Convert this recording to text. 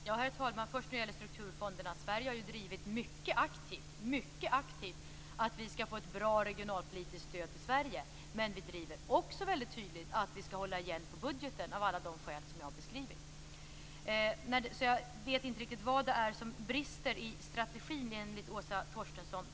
Herr talman! Först om strukturfonderna. Sverige har drivit mycket aktivt att vi skall få ett bra regionalpolitiskt stöd i Sverige, men vi driver också väldigt tydligt att vi skall hålla igen på budgeten av alla de skäl som jag beskrivit. Jag vet inte riktigt vad det är som brister i strategin enligt Åsa Torstensson.